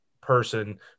person